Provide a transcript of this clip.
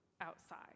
outside